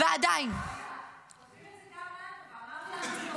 כותבים את זה גם לנו.